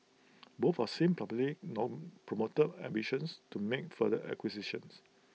both have since known promoted ambitions to make further acquisitions